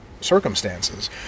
Circumstances